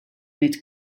mit